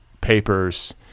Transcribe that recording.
papers